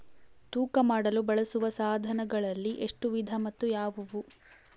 ತೂಕ ಮಾಡಲು ಬಳಸುವ ಸಾಧನಗಳಲ್ಲಿ ಎಷ್ಟು ವಿಧ ಮತ್ತು ಯಾವುವು?